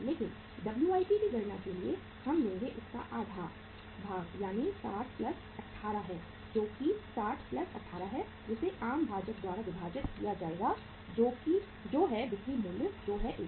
लेकिन WIP की गणना के लिए हम लेंगे इसका आधा भाग यानी 60 प्लस 18 है जो कि 60 18 है जिसे आम भाजक द्वारा विभाजित किया जाएगा जो है बिक्री मूल्य जो है 120